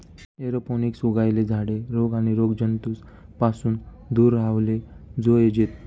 aeroponic उगायेल झाडे रोग आणि रोगजंतूस पासून दूर राव्हाले जोयजेत